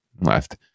left